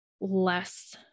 less